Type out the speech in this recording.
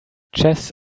chess